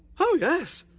oh yes.